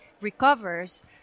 recovers